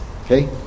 Okay